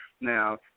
Now